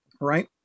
right